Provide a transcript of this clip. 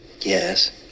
Yes